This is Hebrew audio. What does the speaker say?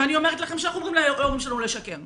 ואני אומרת לכם שאנחנו אומרים להורים שלנו לשקר;